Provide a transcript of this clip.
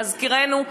להזכירנו,